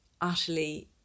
utterly